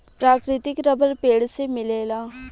प्राकृतिक रबर पेड़ से मिलेला